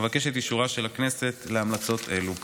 אבקש את אישורה של הכנסת להמלצות אלו.